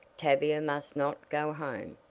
tavia must not go home.